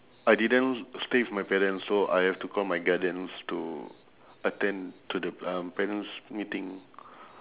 I didn't stay with my parents so I have to call my guardians to attend to the um parents meeting